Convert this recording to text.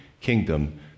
kingdom